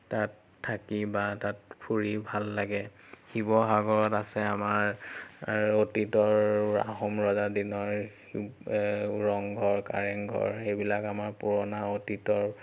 তাত থাকি বা তাত ফূৰি ভাল লাগে শিৱসাগৰত আছে আমাৰ অতীতৰ আহোম ৰজাৰ দিনৰ ৰংঘৰ কাৰেংঘৰ সেইবিলাক আমাৰ পুৰণা অতীতৰ